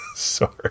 Sorry